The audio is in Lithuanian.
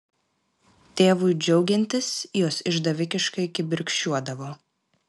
tėvui džiaugiantis jos išdavikiškai kibirkščiuodavo